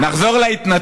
נכון?